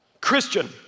Christian